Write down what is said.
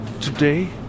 today